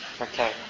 Okay